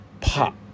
Pop